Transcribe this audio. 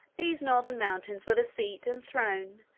these northern mountains were the seat and throne,